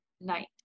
night